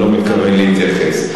אני לא מתכוון להתייחס.